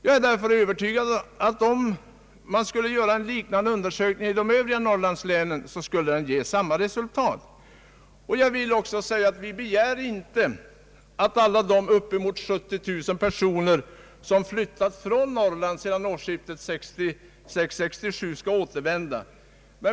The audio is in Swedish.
Om en liknande undersökning skulle göras i de övriga Norrlandslänen är jag övertygad om att den skulle ge samma resultat. Vi begär inte att alla de upp emot 70 000 personer som flyttat från Norrland sedan årsskiftet 1966—1967 skall återvända.